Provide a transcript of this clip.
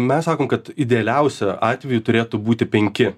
mes sakom kad idealiausiu atveju turėtų būti penki